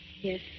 Yes